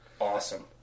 Awesome